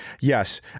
Yes